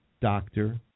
doctor